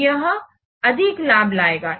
तो यह अधिक लाभ लाएगा